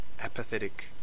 apathetic